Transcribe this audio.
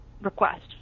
request